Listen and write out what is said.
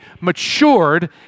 matured